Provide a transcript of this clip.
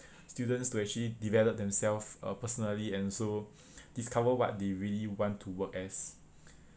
students to actually develop themselves uh personally and so discover what they really want to work as